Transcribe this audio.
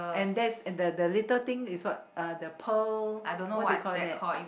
and that's the the little thing is what the pearl what do you call that